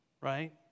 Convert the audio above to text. right